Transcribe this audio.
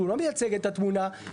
אבל הוא לא מייצג את התמונה במלואה.